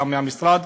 גם מהמשרד,